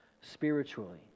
spiritually